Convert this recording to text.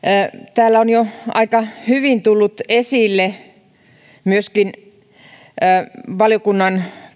täällä on jo aika hyvin tullut esille myöskin valiokunnan